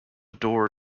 door